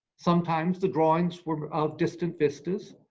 sometimes the drawings were of distant vistas.